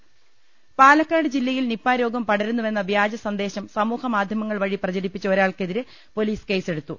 സ പാലക്കാട് ജില്ലയിൽ നിപ്പ രോഗം പടരുന്നുവെന്ന വ്യാജ സന്ദേശം സ്മൂഹമാധ്യമങ്ങൾ വഴി പ്രചരിപ്പിച്ച ഒരാൾക്കെതിരെ പോലീസ് കേസെടുത്തു